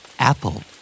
Apple